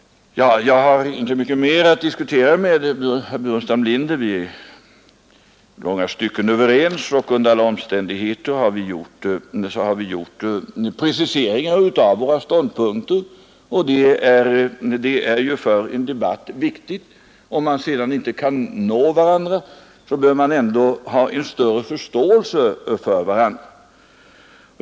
Jag har inte mycket mer att diskutera med herr Burenstam Linder; vi är i långa stycken överens, och under alla omständigheter har vi preciserat våra ståndpunkter, och det är ju viktigt för en debatt. Om man sedan inte kan nå varandra helt, så bör man då ändå ha en större förståelse för varandra.